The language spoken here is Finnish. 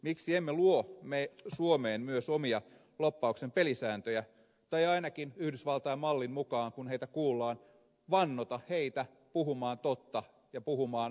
miksi emme luo suomeen myös omia lobbauksen pelisääntöjä tai ainakin yhdysvaltain mallin mukaan kun heitä kuullaan vannota heitä puhumaan totta ja puhumaan asiasta kaikki